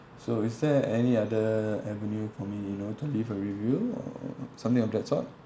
so is there any other avenue for me you know to leave a review or something of that sort